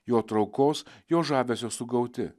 jo traukos jo žavesio sugauti